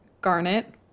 Garnet